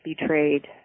betrayed